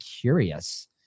curious